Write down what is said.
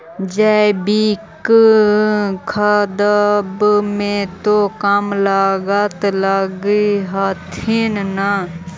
जैकिक खदबा मे तो कम लागत लग हखिन न?